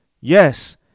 Yes